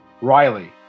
Riley